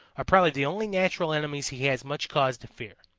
are probably the only natural enemies he has much cause to fear.